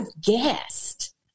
guessed